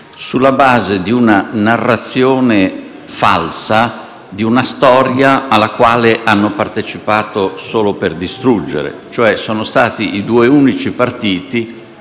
sulla base di una narrazione falsa, di una storia alla quale hanno partecipato solo per distruggere, cioè sono stati i due unici partiti